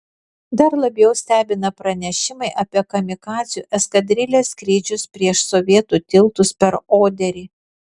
dar labiau stebina pranešimai apie kamikadzių eskadrilės skrydžius prieš sovietų tiltus per oderį